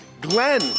Glenn